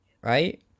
right